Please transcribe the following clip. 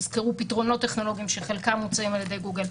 הוזכרו פתרונות טכנולוגיים שחלקם מוצעים על ידי גוגל.